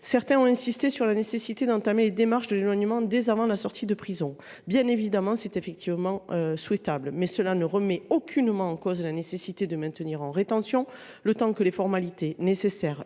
Certains ont insisté sur la nécessité d’entamer les démarches d’éloignement avant la sortie de prison. C’est en effet souhaitable, mais cela ne remet aucunement en cause la nécessité de maintenir en rétention, le temps que les formalités nécessaires